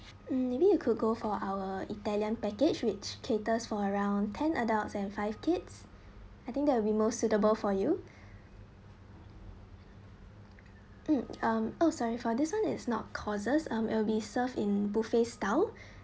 mm maybe you could go for our italian package which caters for around ten adults and five kids I think that would be more suitable for you mm um oh sorry for this one is not courses are will be served in buffet style